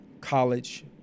college